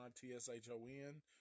T-S-H-O-N